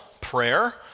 prayer